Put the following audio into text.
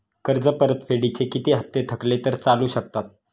कर्ज परतफेडीचे किती हप्ते थकले तर चालू शकतात?